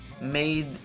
made